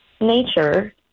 nature